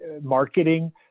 marketing